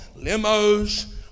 limos